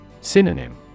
Synonym